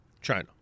China